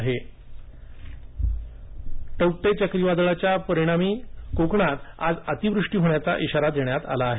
हवामान टौक्टै चक्रीवादळाच्या परिणामी कोकणात आज अतिवृष्टि होण्याचा इशारा देण्यात आला आहे